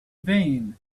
vain